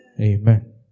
Amen